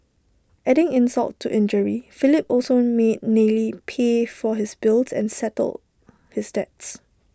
adding insult to injury Philip also made Nellie P for his bills and settle his debts